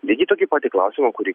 lygiai tokį patį klausimą kurį